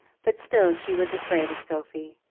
but still she was afraid of sophie,